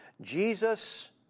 Jesus